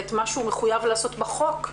ואת מה שהוא מחויב לעשות בחוק,